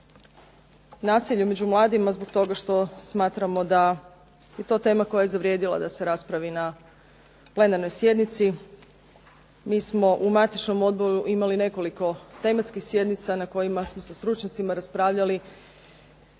nasilju među mladima zbog toga što smatramo da je to tema koja je zavrijedila da se raspravi na plenarnoj sjednici. Mi smo u matičnom odboru imali nekoliko tematskih sjednica na kojima smo sa stručnjacima raspravljali